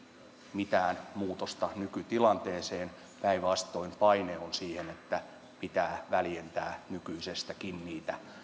mitään muutosta nykytilanteeseen päinvastoin paine on siihen että pitää väljentää nykyisestäkin niitä